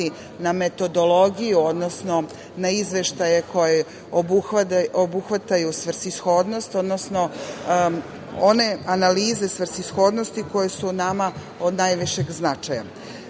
na metodologiju, odnosno na izveštaje koje obuhvataju svrsishodnost, odnosno one analize svrsishodnosti koje su nama od najvišeg značaja. Kasnije